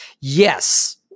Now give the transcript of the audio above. Yes